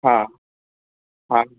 हा हा